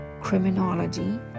criminology